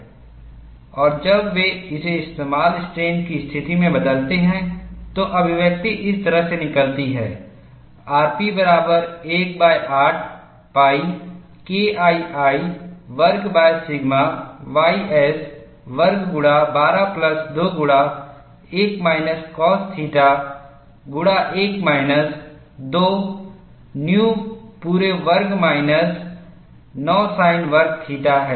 और जब वे इसे समतल स्ट्रेन की स्थिति में बदलते हैं तो अभिव्यक्ति इस तरह से निकलती है rp बराबर 18 pi KII वर्ग सिगमा ys वर्ग गुणा 12 प्लस 2 गुणा 1 माइनस कॉस थीटा गुणा 1 माइनस 2 nu पूरे वर्ग माइनस 9 साइन वर्ग थीटा है